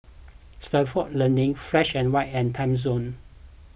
Stalford Learning Fresh and White and Timezone